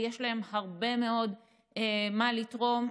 ויש להם הרבה מאוד מה לתרום.